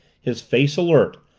his face alert,